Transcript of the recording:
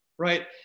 right